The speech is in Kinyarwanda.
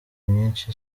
myinshi